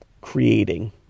creating